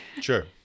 sure